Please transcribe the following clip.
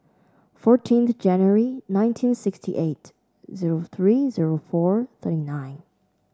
fourteenth January nineteen sixty eight zero three zero four thirty nine